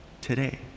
today